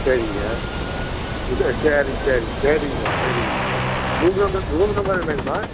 சரிங்க ஃபுட்டு சரிங்க சரிங்க சரிங்கம்மா சரிங்கம்மா ரூம் நம்பர் ரூம் நம்பரு என்னங்கம்மா